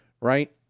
right